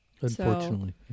unfortunately